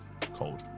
Cold